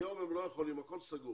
היום הם לא יכולים, הכול סגור.